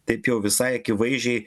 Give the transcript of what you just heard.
taip jau visai akivaizdžiai